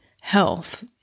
health